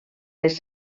les